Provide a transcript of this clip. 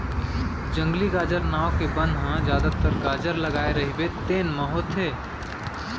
जंगली गाजर नांव के बन ह जादातर गाजर लगाए रहिबे तेन म होथे